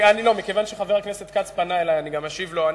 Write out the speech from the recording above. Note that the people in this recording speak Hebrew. מכיוון שחבר הכנסת כץ פנה אלי, אני גם אשיב לו.